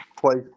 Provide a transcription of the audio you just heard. place